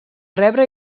rebre